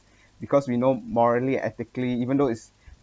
because we know morally and ethically even though is